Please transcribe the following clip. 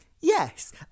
Yes